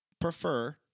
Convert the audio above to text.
prefer